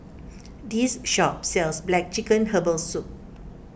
this shop sells Black Chicken Herbal Soup